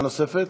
שאלה נוספת?